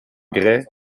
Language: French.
grès